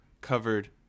covered